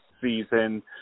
season